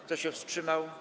Kto się wstrzymał?